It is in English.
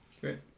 Great